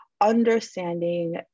understanding